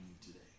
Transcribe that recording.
today